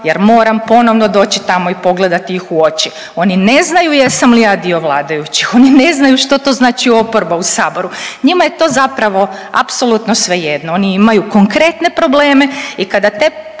jer moram ponovno doći tamo i pogledati ih u oči. Oni ne znaju jesam li ja dio vladajućih, oni ne znaju što to znači oporba u saboru, njima je to zapravo apsolutno svejedno, oni imaju konkretne probleme i kada te konkretne